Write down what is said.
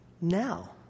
now